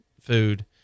food